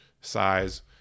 size